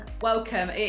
welcome